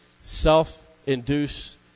self-induced